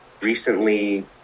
recently